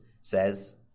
says